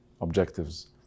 objectives